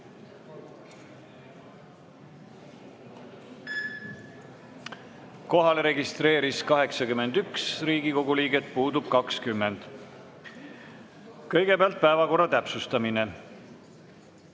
Kohalolijaks registreerus 81 Riigikogu liiget, puudub 20. Kõigepealt päevakorra täpsustamine.